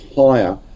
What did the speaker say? higher